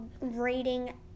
rating